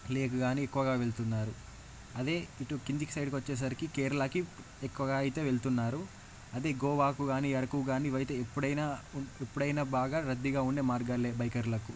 lake కాని ఎక్కువగా వెళ్తున్నారు అదే ఇటు కింది సైడ్కి వచ్చేసరికి కేరళకి ఎక్కువగా అయితే వెళ్తున్నారు అదే గోవాకు గాని అరకు కానీ ఇవి అయితే ఎప్పుడైనా ఉం ఎప్పుడైనా బాగా రద్దీగా ఉండే మార్గాలే బైకర్లకు